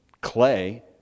clay